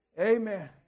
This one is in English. Amen